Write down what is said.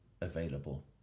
available